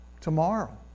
tomorrow